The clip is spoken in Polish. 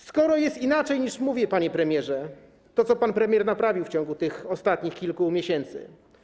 Skoro jest inaczej, niż mówię, panie premierze, to co pan premier naprawił w ciągu tych ostatnich kilku miesięcy?